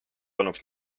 olnuks